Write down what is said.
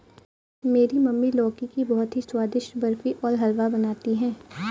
मेरी मम्मी लौकी की बहुत ही स्वादिष्ट बर्फी और हलवा बनाती है